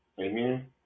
Amen